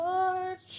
Lord